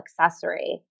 accessory